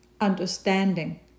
understanding